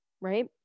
right